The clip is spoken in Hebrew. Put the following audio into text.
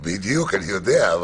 בדיוק, אני יודע.